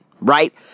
right